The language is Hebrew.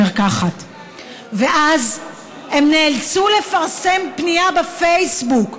ואז הם נאלצו לפרסם פנייה בפייסבוק,